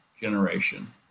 generation